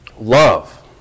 Love